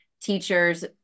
teachers